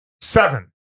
seven